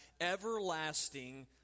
everlasting